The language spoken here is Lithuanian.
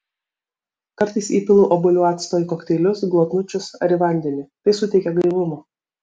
kartais įpilu obuolių acto į kokteilius glotnučius ar į vandenį tai suteikia gaivumo